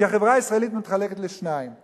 החברה הישראלית מתחלקת לשניים: